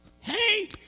Hey